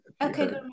Okay